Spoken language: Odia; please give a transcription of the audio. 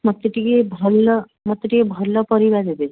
ମୋତେ ଟିକିଏ ଭଲ ମୋତେ ଟିକିଏ ଭଲ ପରିବା ଦେବେ